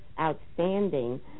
outstanding